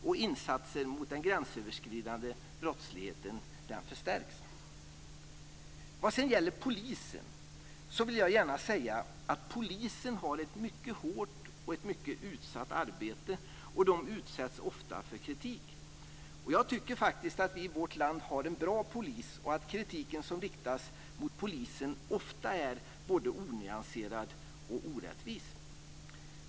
Och insatser mot den gränsöverskridande brottsligheten förstärks. Polisen har ett mycket hårt och utsatt arbete. Poliserna utsätts ofta för kritik. Jag tycker faktiskt att vi i vårt land har en bra polis och att den kritik som riktas mot polisen ofta är både onyanserad och orättvis.